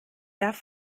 darf